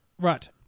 right